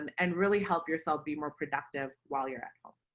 and and really help yourself be more productive while you're at home.